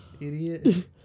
idiot